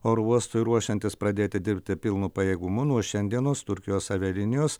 oro uostui ruošiantis pradėti dirbti pilnu pajėgumu nuo šiandienos turkijos avialinijos